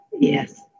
yes